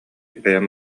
бэйэм